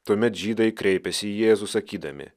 tuomet žydai kreipėsi į jėzų sakydami